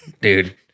dude